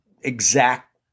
exact